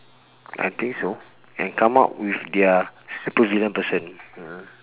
I think so and come up with their supervillain person